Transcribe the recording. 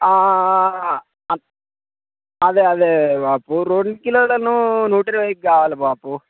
అదే అదే బాపు రెండు కిలోలనూ నూట ఇరవైకి కావాలి బాపు